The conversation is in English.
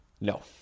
No